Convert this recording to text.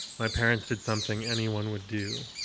my parents did something anyone would do.